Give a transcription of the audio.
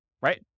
right